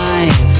Life